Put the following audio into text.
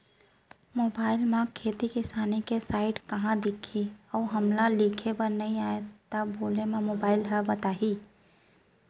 Mobile म खेती किसानी के साइट कहाँ दिखही अऊ हमला लिखेबर नई आय त का बोले म मोबाइल ह बता दिही?